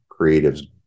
creatives